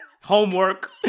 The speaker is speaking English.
Homework